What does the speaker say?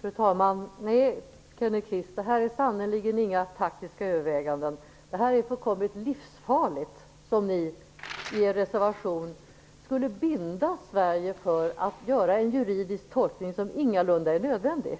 Fru talman! Nej, Kenneth Kvist, detta är sannerligen inga taktiska överväganden. Det vore fullkomligt livsfarligt om man som ni skriver i er reservation skulle binda Sverige vid att göra en juridisk tolkning som ingalunda är nödvändig.